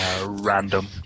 Random